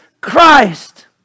Christ